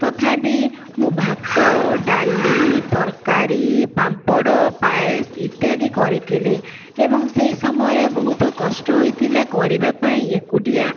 ତଥାବି ମୁଁ ଭାତ ଡାଲି ତରକାରୀ ପାମ୍ପଡ଼ ପାଏସ ଇତ୍ୟାଦି କରିଥିଲି ଏବଂ ସେହି ସମୟରେ ବହୁତ କଷ୍ଟ ହୋଇଥିଲା କରିବା ପାଇଁ ଏକୁଟିଆ